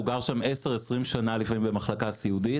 והוא גר לפעמים עשר-עשרים שנה במחלקה סיעודית.